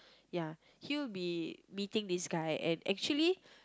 ya he will be meeting this guy and actually